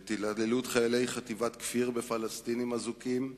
את התעללות חיילי חטיבת "כפיר" בפלסטינים אזוקים,